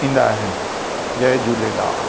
ईंदा आहिनि जय झूलेलाल